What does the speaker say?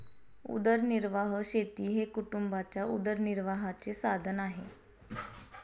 उदरनिर्वाह शेती हे कुटुंबाच्या उदरनिर्वाहाचे साधन आहे